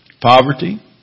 poverty